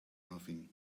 nothing